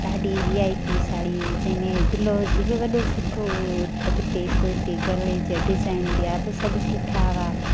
ॾाढी V I P sari जंहिंमें blouse बि वॾो सुठो हो अॻिते पोइते गले जो डिजाइन ॿिया बि सभु सुठा हुआ